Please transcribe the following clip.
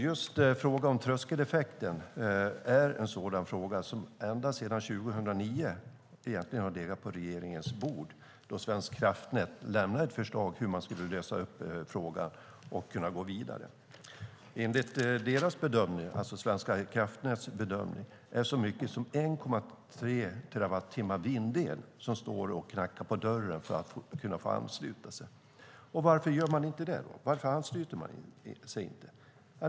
Just frågan om tröskeleffekten är en fråga som ända sedan 2009 har legat på regeringens bord. Då lämnade Svenska kraftnät ett förslag på hur man skulle lösa upp frågan och gå vidare. Enligt Svenska kraftnäts bedömning är det så mycket som 1,3 terawattimmar vindel som står och knackar på dörren för att få ansluta sig. Varför ansluter man sig då inte?